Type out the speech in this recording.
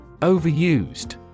Overused